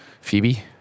Phoebe